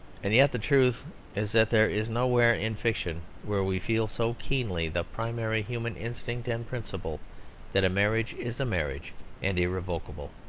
and yet the truth is that there is nowhere in fiction where we feel so keenly the primary human instinct and principle that a marriage is a marriage and irrevocable,